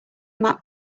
map